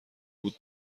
بود